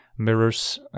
mirrors